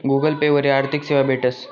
Google Pay वरी आर्थिक सेवा भेटस